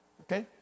okay